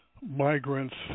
Migrants